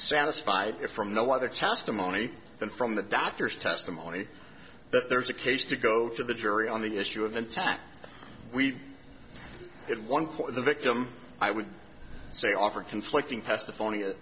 satisfied if for no other testimony than from the doctor's testimony that there's a case to go to the jury on the issue of intent we had one for the victim i would say offer conflicting testimony o